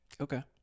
Okay